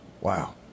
Wow